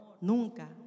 nunca